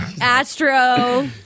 Astro